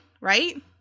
right